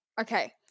Okay